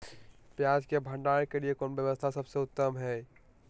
पियाज़ के भंडारण के लिए कौन व्यवस्था सबसे उत्तम है?